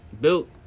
built